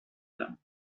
them